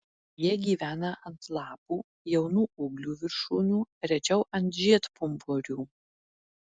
jie gyvena ant lapų jaunų ūglių viršūnių rečiau ant žiedpumpurių